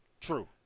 True